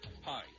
Hi